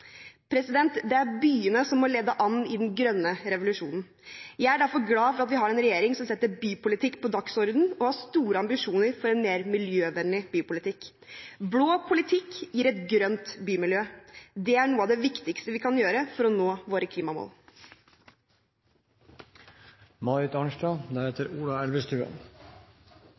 Det er byene som må lede an i den grønne revolusjonen. Jeg er derfor glad for at vi har en regjering som setter bypolitikk på dagsordenen og har store ambisjoner for mer miljøvennlig bypolitikk. Blå politikk gir et grønt bymiljø. Det er noe av det viktigste vi kan gjøre for å nå våre